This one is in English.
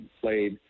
played